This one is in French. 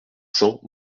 cent